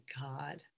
God